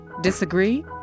Disagree